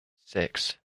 six